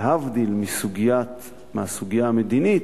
להבדיל מהסוגיה המדינית,